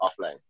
offline